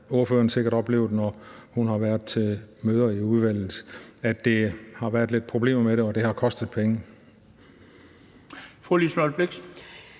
Ordføreren har sikkert oplevet, når hun har været til møder i udvalget, at der har været lidt problemer med det, og at det har kostet penge.